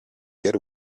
get